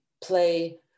play